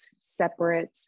separate